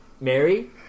Mary